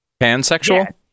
pansexual